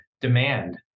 demand